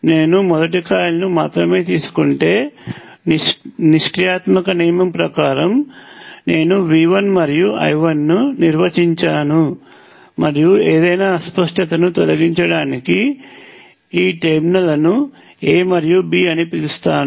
నేను మొదటి కాయిల్ను మాత్రమే తీసుకుంటే నిష్క్రియాత్మక నియమము ప్రకారం నేను V1 మరియు I1 ని నిర్వచిస్తాను మరియు ఏదైనా అస్పష్టతను తొలగించడానికి ఈ టెర్మినల్లను A మరియు B అని పిలుస్తాను